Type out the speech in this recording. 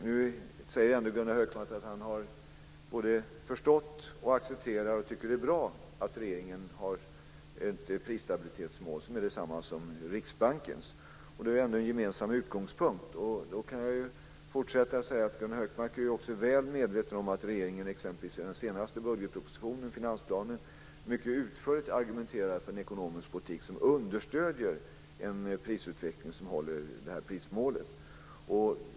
Nu säger Gunnar Hökmark att han har förstått, accepterar och tycker att det är bra att regeringen har ett prisstabilitetsmål som är detsamma som Riksbankens. Det är ändå en gemensam utgångspunkt. Då kan jag fortsätta med att säga att Gunnar Hökmark ju också är väl medveten om att regeringen exempelvis i den senaste budgetpropositionen, i finansplanen, mycket utförligt argumenterar för en ekonomisk politik som understöder en prisutveckling som håller detta prismål.